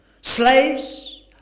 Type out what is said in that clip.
Slaves